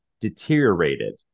deteriorated